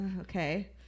okay